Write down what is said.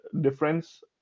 difference